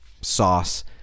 sauce